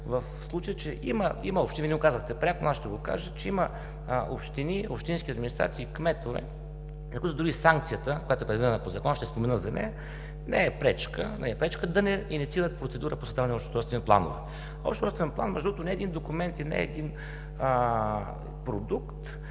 в случая, но Вие го казахте пряко, а аз ще кажа, че има общини, общински администрации, кметове, на които дори санкцията, която е предвидена по закон – ще спомена за нея, не е пречка да не инициират процедура по общите устройствени планове. Общият устройствен план не е един документ и не е един продукт,